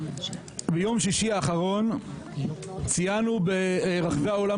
ביום שישי האחרון ציינו ברחבי העולם